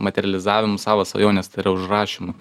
materializavimu savo svajonės tai yra užrašymu